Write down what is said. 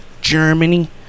Germany